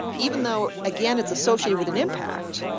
even though, again, it's associated with an impact,